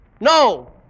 no